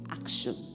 action